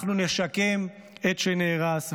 אנחנו נשקם את שנהרס,